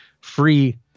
free